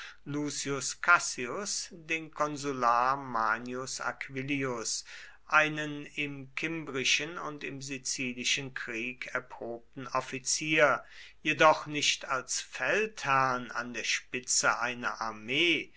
lucius cassius den konsular manius aquillius einen im kimbrischen und im sizilischen krieg erprobten offizier jedoch nicht als feldherrn an der spitze einer armee